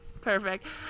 Perfect